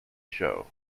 show